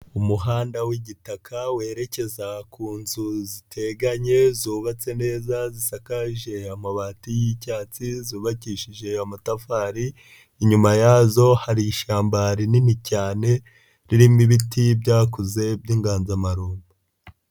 Umuhanda w'igitaka werekeza ku nzu ziteganye zubatse neza, zisakaje amabati y'icyatsi, zubakishije amatafari, inyuma yazo hari ishyamba rinini cyane ririmo ibiti'i byakuze by'inganzamarumbo.